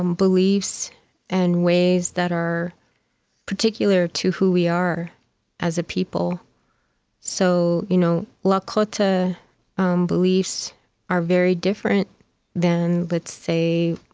um beliefs and ways that are particular to who we are as a people so you know lakota um beliefs are very different than, let's say,